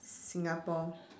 singapore